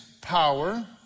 power